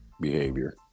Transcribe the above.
behavior